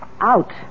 Out